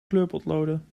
kleurpotloden